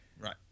Right